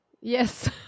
yes